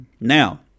Now